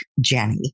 Jenny